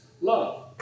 love